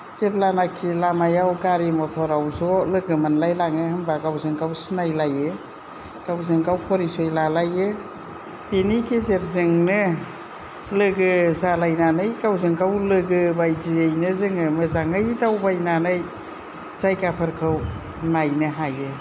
जेब्लानाखि लामायाव गारि मथराव ज' लोगो मोनलायलाङो होमबा गावजों गाव सिनायलायो गावजों गाव परिचय लालायो बेनि गेजेरजोंनो लोगो जालायनानै गावजों गाव लोगो बायदियैनो जोङो मोजाङै दावबायनानै जायगाफोरखौ नायनो हायो